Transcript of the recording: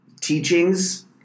teachings